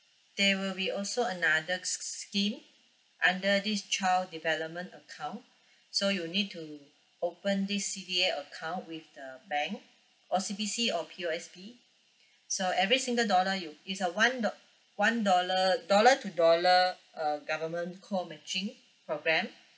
there will be also another scheme under this child development account so you need to open this C_D_A account with the bank O_C_B_C or P_O_S_B so every single dollar you it's a one do~ one dollar dollar to dollar uh government call matching programme